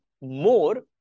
more